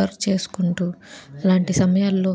work చేసుకుంటూ అలాంటి సమయాల్లో